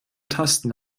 tasten